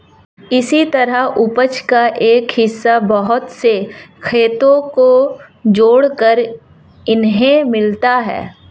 इसी तरह उपज का एक हिस्सा बहुत से खेतों को जोतकर इन्हें मिलता है